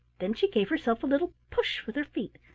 then she gave herself a little push with her feet,